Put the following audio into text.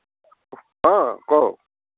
অঁ কওক